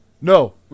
no